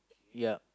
ya